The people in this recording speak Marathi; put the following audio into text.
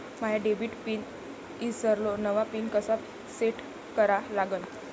माया डेबिट पिन ईसरलो, नवा पिन कसा सेट करा लागन?